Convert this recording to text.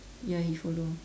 ya he follow